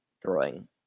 throwing